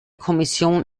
kommission